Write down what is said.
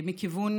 מכיוון